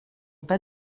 pas